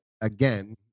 again